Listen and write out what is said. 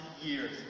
years